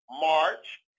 March